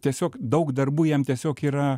tiesiog daug darbų jam tiesiog yra